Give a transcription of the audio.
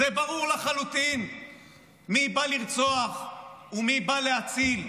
זה ברור לחלוטין מי בא לרצוח ומי בא להציל.